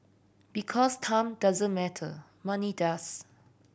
because time doesn't matter money does